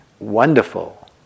Wonderful